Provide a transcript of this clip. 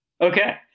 Okay